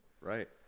Right